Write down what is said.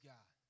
God